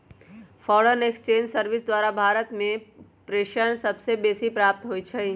foreign exchange service द्वारा भारत में प्रेषण सबसे बेसी प्राप्त होई छै